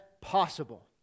possible